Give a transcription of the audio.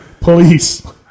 Police